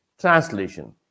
Translation